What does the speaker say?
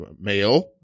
male